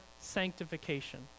sanctification